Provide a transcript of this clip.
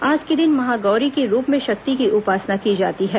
आज के दिन महागौरी के रूप में शक्ति की उपासना की जाती है